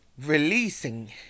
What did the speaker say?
releasing